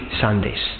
Sundays